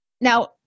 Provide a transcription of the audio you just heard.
now